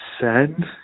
send